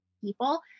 people